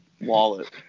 wallet